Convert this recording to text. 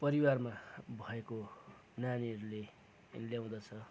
परिवारमा भएको नानीहरूले ल्याउँदछ